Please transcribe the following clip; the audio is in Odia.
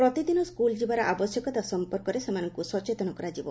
ପ୍ରତିଦିନ ସ୍କୁଲ୍ ଯିବାର ଆବଶ୍ୟକତା ସଂପର୍କରେ ସେମାନଙ୍କୁ ସଚେତନ କରାଯିବ